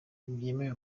ntibyemewe